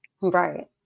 Right